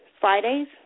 Fridays